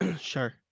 Sure